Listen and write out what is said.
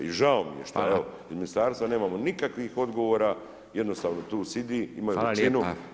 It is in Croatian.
I žao mi je šta evo iz ministarstva nemamo nikakvih odgovora, jednostavno tu sidi, imaju većinu.